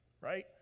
right